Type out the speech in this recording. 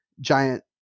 giant